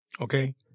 Okay